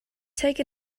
take